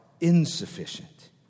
insufficient